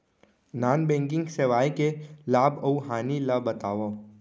non banking सेवाओं के लाभ अऊ हानि ला बतावव